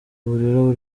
ubwo